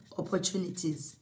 opportunities